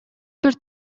бир